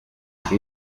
ibyo